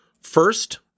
First